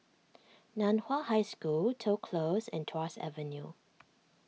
Nan Hua High School Toh Close and Tuas Avenue